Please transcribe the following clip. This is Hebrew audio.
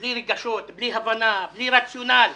בלי רגשות, בלי הבנה, בלי רציונל,